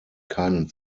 keinen